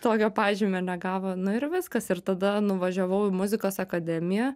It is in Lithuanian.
tokio pažymio negavo nu ir viskas ir tada nuvažiavau į muzikos akademiją